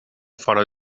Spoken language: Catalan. fora